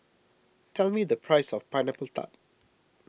tell me the price of Pineapple Tart